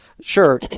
Sure